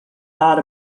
thought